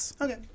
Okay